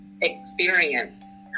experience